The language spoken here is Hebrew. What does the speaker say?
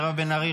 מירב בן ארי,